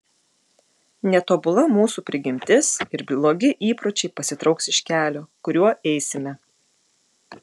netobula mūsų prigimtis ir blogi įpročiai pasitrauks iš kelio kuriuo eisime